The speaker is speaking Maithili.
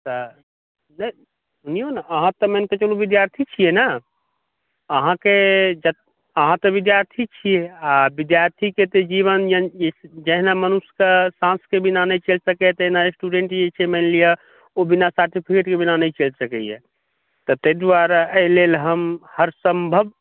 तऽ नहि सुनियौ ने अहाँ तऽ मानिक चलूँ विद्यार्थी छीयै ने अहाँके अहाँ विद्यार्थी छीयै आ विद्यार्थीके तऽ जीवन जेहन मनुष्यक साँसक बिना नहि चलि सकैया तहिना स्टूडेंट जे छै मानि लिअ ओ बिना सर्टिफिकेटके बिना नहि चलि सकैया तऽ ताहि दुआरे एहि लेल हम हरसम्भब